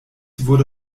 wurde